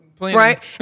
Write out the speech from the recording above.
Right